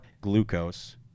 glucose